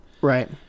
Right